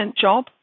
job